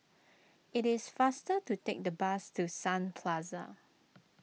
it is faster to take the bus to Sun Plaza